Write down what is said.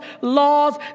laws